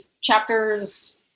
chapters